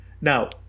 Now